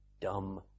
dumb